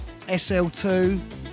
SL2